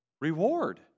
reward